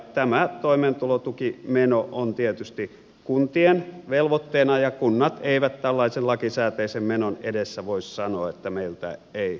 tämä toimeentulotukimeno on tietysti kuntien velvoitteena ja kunnat eivät tällaisen lakisääteisen menon edessä voi sanoa että meiltä ei rahaa löydy